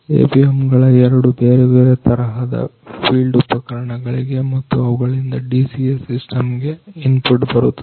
APMಗಳ ಎರಡು ಬೇರೆ ಬೇರೆ ತರಹದ ಫೀಲ್ಡ್ ಉಪಕರಣಗಳಿವೆ ಮತ್ತು ಅವುಗಳಿಂದ DCA ಸಿಸ್ಟಮ್ ಗೆ ಇನ್ಪುಟ್ ಬರುತ್ತದೆ